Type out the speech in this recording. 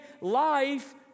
life